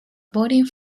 voting